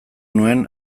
nuen